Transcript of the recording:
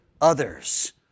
others